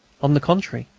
on the contrary,